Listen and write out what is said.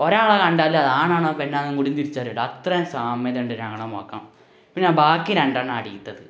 ഒരാളെ കണ്ടാൽ ആണാണോ പെണ്ണാണോ എന്നു കൂടി തിരിച്ചറിയില്ല അത്രയും സാമ്യതയുണ്ട് ഞങ്ങളുടെ മുഖം പിന്നെ ബാക്കി രണ്ടെണ്ണം അടുത്തത്